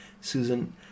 Susan